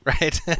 right